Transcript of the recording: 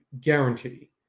guarantee